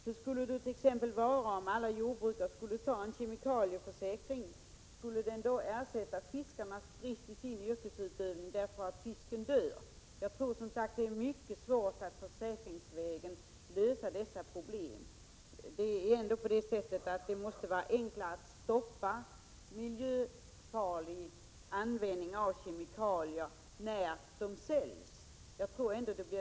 Hur skulle det t.ex. vara, om alla jordbrukare skulle ta en kemikalieförsäkring — skulle den ersätta fiskarnas förlust i sin yrkesutövning när fisken dör? Jag tror, som sagt, att det är mycket svårt att försäkringsvägen lösa dessa problem. Det måste vara enklare att stoppa miljöfarliga kemikalier redan vid försäljningen.